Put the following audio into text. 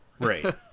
right